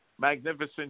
Magnificent